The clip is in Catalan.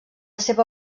seva